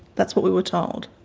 that's what we were told.